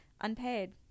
Unpaid